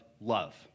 love